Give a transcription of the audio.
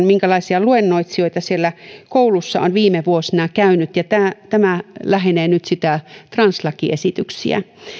minkälaisia luennoitsijoita koulussa on viime vuosina käynyt tämä lähenee nyt translakiesityksiä